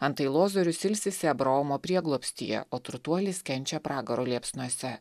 antai lozorius ilsisi abraomo prieglobstyje o turtuolis kenčia pragaro liepsnose